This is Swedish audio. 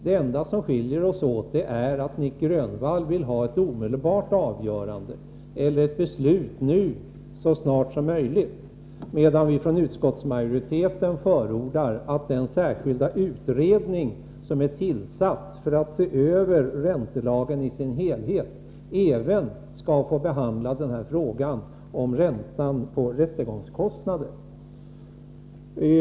Det enda som skiljer oss åt är att Nic Grönvall vill ha ett omedelbart avgörande, eller ett beslut så snart som möjligt, medan vi från utskottsmajoritetens sida förordar att den särskilda utredning som är tillsatt för att se över räntelagen i sin helhet även skall få behandla frågan om ränta på rättegångskostnader.